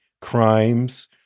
crimes